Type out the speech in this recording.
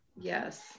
yes